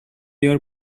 you